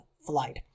flight